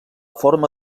forma